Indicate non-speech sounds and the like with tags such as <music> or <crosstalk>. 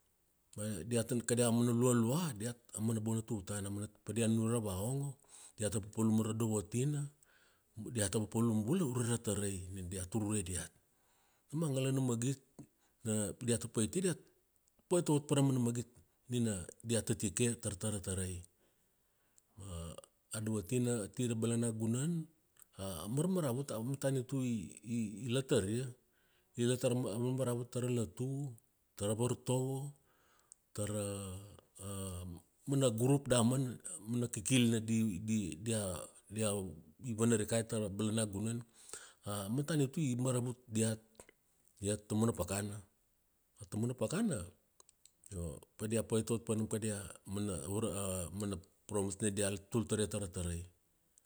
<hesitation> kada mana lualua diat aumana bona tutana, <unintelligible> padia nunure ravaongo diata papalum ma radovotina, diata papalum bula ure ratarai nina dia tur ure diat. Nam angalana magit <hesitation> pidiata paitia, <unintelligible> pait ot par ramana magit nina dia tatike tar-tara ratarai. Ma adovotina ati rabalana nagunan amarmaravut amatanitu i-i-ilataria, ilatar ra marmaravut tara lotu, tara vartovo, tara <hesitation> mana gurup damana mana kikil di-di-dia, dia iavana rikai ta rabalana gunan, amatanitu imaravut diat, diat taumana pakana. Taumana pakana io padia pait ot panam kadia mana <hesitation> mana promise nina dia tul taria ta ratarai.